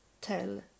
tell